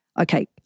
okay